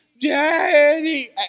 Daddy